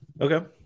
okay